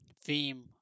theme